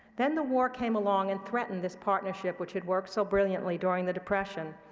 then the war came along and threatened this partnership, which had worked so brilliantly during the depression,